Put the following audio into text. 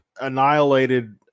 annihilated